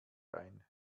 ein